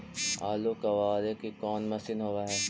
आलू कबाड़े के कोन मशिन होब है?